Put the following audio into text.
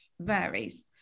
varies